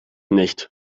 nicht